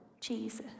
Jesus